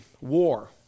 war